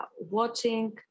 watching